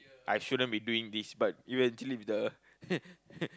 I shouldn't be doing this but you actually the